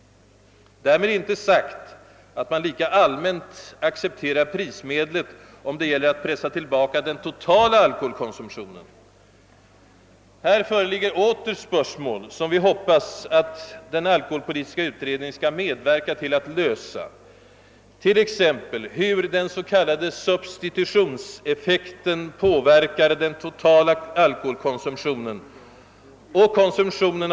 Därmed är inte sagt att man lika allmänt accepterar prismedlet, om det gäller att pressa tillbaka den totala alkoholkonsumtionen. Här föreligger åter spörsmål som vi hoppas att den alkoholpolitiska utredningen skall medverka till att lösa, t.ex. frågan hur den s.k. substitutionseffekten påverkar den totala konsumtionen av olika alkoholdrycker.